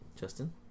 Justin